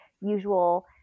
usual